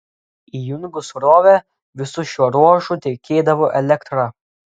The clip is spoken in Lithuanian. įjungus srovę visu šiuo ruožu tekėdavo elektra